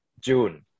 June